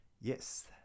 yes